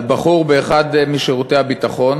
על בחור באחד משירותי הביטחון,